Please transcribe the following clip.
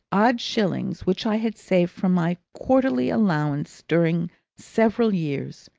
odd shillings, which i had saved from my quarterly allowance during several years.